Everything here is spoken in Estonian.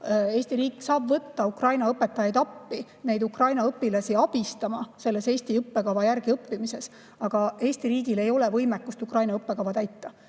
Eesti riik saab võtta Ukraina õpetajaid appi Ukraina õpilasi abistama Eesti õppekava järgi õppimises, aga Eesti riigil ei ole võimekust Ukraina õppekava täita.